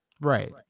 Right